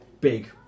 big